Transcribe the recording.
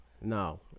No